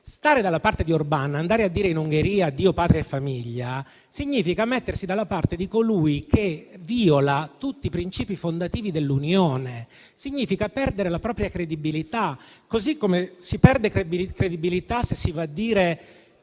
Stare dalla parte di Orbán e andare a dire in Ungheria «Dio, patria e famiglia», significa mettersi dalla parte di colui che vìola tutti i principi fondativi dell'Unione, significa perdere la propria credibilità. Così come si perde credibilità se si va a dire